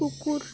কুকুৰ